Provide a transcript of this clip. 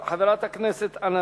חבר הכנסת אריה אלדד, אינו נוכח.